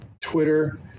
Twitter